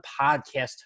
podcast